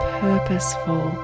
purposeful